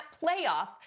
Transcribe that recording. playoff